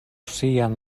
sian